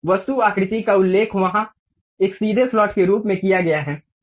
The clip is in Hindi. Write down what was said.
वस्तु आकृति का उल्लेख वहां एक सीधे स्लॉट के रूप में किया गया है